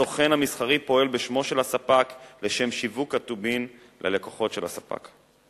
הסוכן המסחרי פועל בשמו של הספק לשם שיווק הטובין ללקוחות של הספק,